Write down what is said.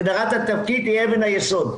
הגדרת התפקיד היא אבן היסוד.